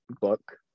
book